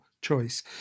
choice